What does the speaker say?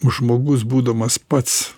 žmogus būdamas pats